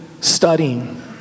studying